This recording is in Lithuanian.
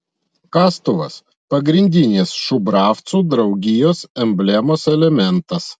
kastuvas pagrindinis šubravcų draugijos emblemos elementas